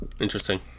interesting